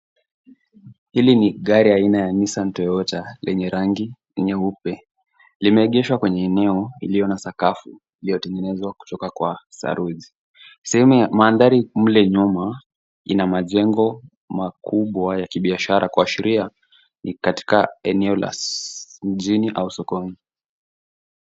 Hili ni gari aina ya Nissan Toyota lenye rangi nyeupe , lime egeshwa kwenye eneo sakafu iliyo tengenezwa kutoka kwa saruji. Sehemu ya mandhari mle nyuma una majengo makubwa ya kibiashara kwa ashiria ni katika eneo la mjini au sokoni.